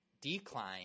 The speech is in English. decline